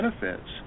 benefits